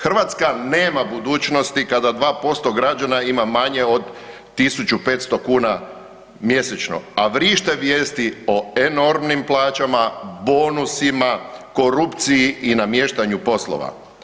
Hrvatska nema budućnosti kada 2% građana ima manje od 1.500 kuna mjesečno, a vrište vijesti o enormnim plaćama, bonusima, korupciji i namještanju poslova.